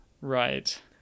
right